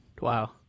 Wow